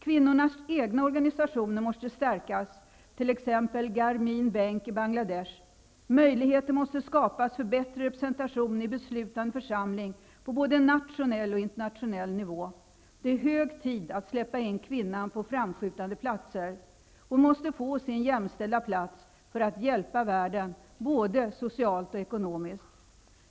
Kvinnornas egna organisationer måste stärkas, t.ex. Garmeen Bank i Bangladesh, möjligheter måste skapas för bättre representation i beslutande församlingar på både nationell och internationell nivå. Det är hög tid att släppa in kvinnan på framskjutande platser. Hon måste få sin jämställda plats för att hjälpa världen både socialt och ekonomiskt.